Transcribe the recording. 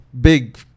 big